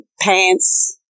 pants